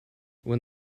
when